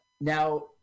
Now